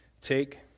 take